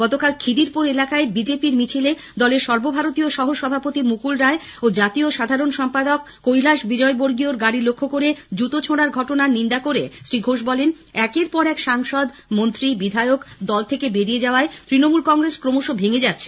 গতকাল খিদিরপুর এলাকায় বিজেপির মিছিলে দলের সর্বভারতীয় সহ সভাপতি মুকুল রায় ও জাতীয় সাধারণ সম্পাদক কৈলাস বিজয়বর্গীয়র গাড়ি লক্ষ্য করে জুতো ছোড়ার ঘটনার নিন্দা করে শ্রী ঘোষ বলেন একের পর এক সাংসদ মন্ত্রী বিধায়ক দল থেকে বেরিয়ে যাওয়ায় তৃণমূল কংগ্রেস ক্রমশ ভেঙে যাচ্ছে